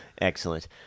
Excellent